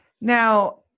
Now